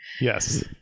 Yes